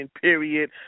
period